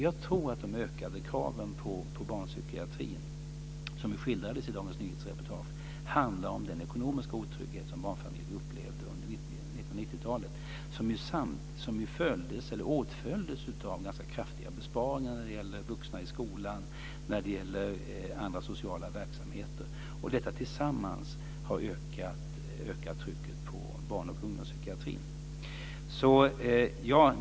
Jag tror att de ökade kraven på barnpsykiatrin, som skildras i Dagens Nyheters artikel, handlar om den ekonomiska otrygghet som barnfamiljer upplevde under 90-talet, som åtföljdes av ganska kraftiga besparingar när det gällde vuxna i skolan och andra sociala verksamheter. Detta tillsammans har ökat trycket på barn och ungdomspsykiatrin.